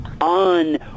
on